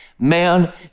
Man